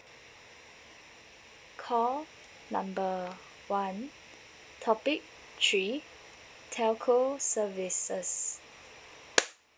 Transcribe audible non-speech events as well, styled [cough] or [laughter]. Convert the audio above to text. call number one topic three telco services [noise]